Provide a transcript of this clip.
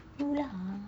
you lah